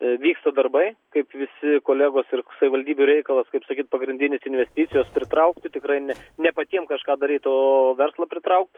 vyksta darbai kaip visi kolegos ir savivaldybių reikalas kaip sakyt pagrindinis investicijas pritraukti tikrai ne ne patiem kažką daryti o verslą pritraukt